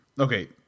okay